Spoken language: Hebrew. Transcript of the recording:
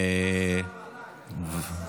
עליי,